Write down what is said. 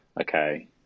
okay